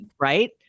Right